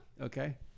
okay